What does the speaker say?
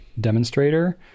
demonstrator